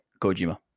kojima